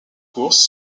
courses